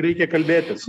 reikia kalbėtis